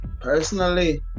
personally